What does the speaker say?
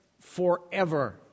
forever